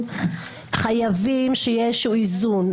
חייבים שיהיה איזשהו איזון.